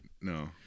No